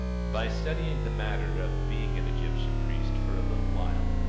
by studying the matter of being an egyptian priest for a little while,